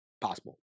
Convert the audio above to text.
possible